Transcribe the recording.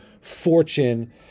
fortune